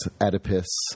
Oedipus